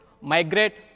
migrate